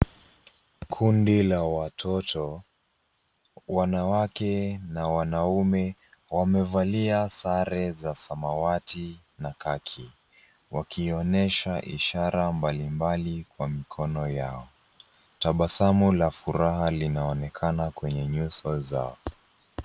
Kundi la watoto wanawake na wanaume, wamevalia sare za samawati na khaki , wakionesha ishara mbali mbali kwa mikono yao .Tabasamu la furaha linaonekana kwenye nyuso zao .